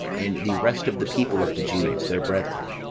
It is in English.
and the rest of the people of the jews, their brethren,